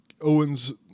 Owens